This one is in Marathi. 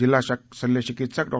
जिल्हा शल्य चिकित्सक डॉ